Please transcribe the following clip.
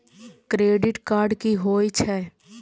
Credit card की होय छै?